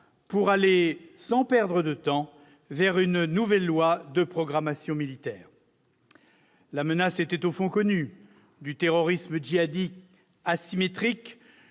pour aller, sans perdre de temps, vers une nouvelle loi de programmation militaire. Au fond, la menace était connue : du terrorisme djihadiste asymétrique